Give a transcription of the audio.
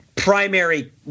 primary